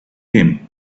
him